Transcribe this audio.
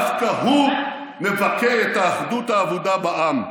דווקא הוא מבכה את האחדות האבודה בעם.